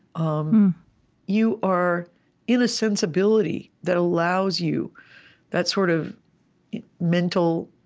um you are in a sensibility that allows you that sort of mental,